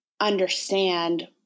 understand